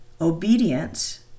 Obedience